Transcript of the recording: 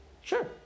sure